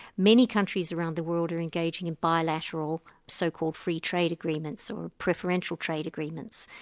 many countries around the world are engaging in bilateral, so-called free trade agreements, or preferential trade agreements.